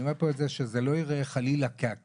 אני אומר פה את זה שזה לא יראה חלילה כעקיצה,